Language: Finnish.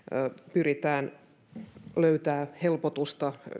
pyritään löytämään helpotusta